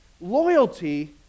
Loyalty